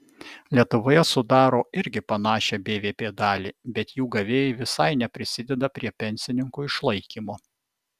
lietuvoje sudaro irgi panašią bvp dalį bet jų gavėjai visai neprisideda prie pensininkų išlaikymo